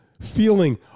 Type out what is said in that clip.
feeling